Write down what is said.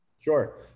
Sure